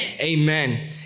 amen